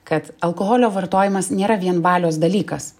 kad alkoholio vartojimas nėra vien valios dalykas